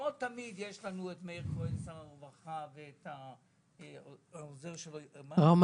לא תמיד יהיה לנו את מאיר כהן כשר הרווחה ואת העוזר שלו יהוישיב,